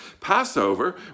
Passover